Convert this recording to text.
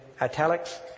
italics